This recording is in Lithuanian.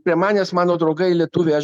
prie manęs mano draugai lietuviai aš